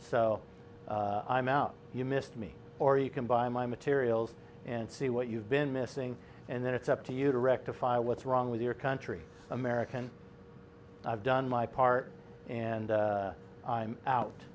so i'm out you missed me or you can buy my materials and see what you've been missing and then it's up to you to rectify what's wrong with your country american i've done my part and i'm